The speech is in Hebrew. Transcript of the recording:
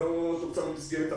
זה לא תוקצב במסגרת אחרת.